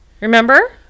Remember